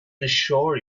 reassure